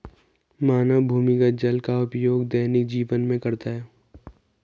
मानव भूमिगत जल का उपयोग दैनिक जीवन में करता है